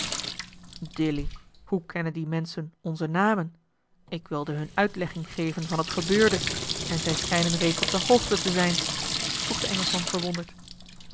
dilly hoe kennen die menschen onze namen ik wilde hun uitlegging geven van het gebeurde en zij schijnen reeds op de hoogte te zijn vroeg de engelschman verwonderd